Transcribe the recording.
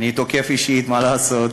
אני תוקף אישית, מה לעשות.